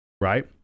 right